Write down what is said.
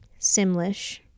Simlish